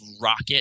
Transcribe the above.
Rocket